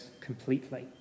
completely